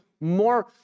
more